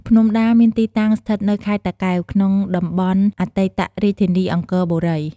ភ្នំដា មានទីតាំង ស្ថិតនៅខេត្តតាកែវ ក្នុងតំបន់អតីតរាជធានីអង្គរបុរី។